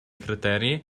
стратегии